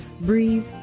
Breathe